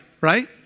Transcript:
Right